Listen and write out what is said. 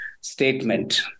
statement